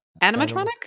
Animatronic